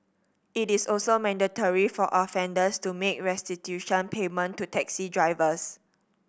it is also mandatory for offenders to make restitution payment to taxi drivers